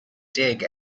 dig